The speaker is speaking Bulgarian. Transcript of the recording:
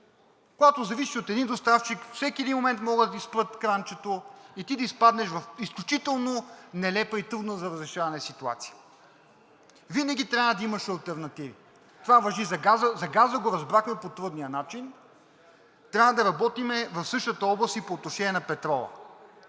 Когато зависиш от един доставчик, във всеки един момент могат да ти спрат кранчето и ти да изпаднеш в изключително нелепа и трудна за разрешаване ситуация. Винаги трябва да имаш алтернативи. Това важи за газа – за газа го разбрахме по трудния начин. Трябва държавата и частният сектор да работим в същата област и по отношение на петрола.